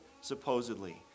supposedly